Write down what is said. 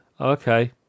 okay